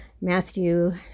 Matthew